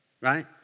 Right